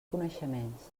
coneixements